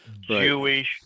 Jewish